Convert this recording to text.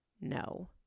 no